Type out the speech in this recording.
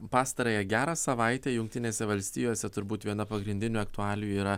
pastarąją gerą savaitę jungtinėse valstijose turbūt viena pagrindinių aktualijų yra